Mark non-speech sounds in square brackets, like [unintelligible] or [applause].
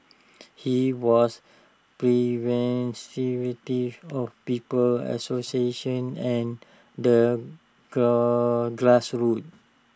he was [unintelligible] of people's association and the [unintelligible] grassroots